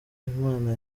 imana